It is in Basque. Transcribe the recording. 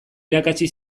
irakatsi